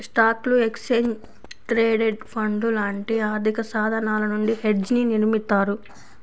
స్టాక్లు, exchange traded ఫండ్లు లాంటి ఆర్థికసాధనాల నుండి హెడ్జ్ని నిర్మిత్తారు